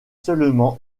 seulement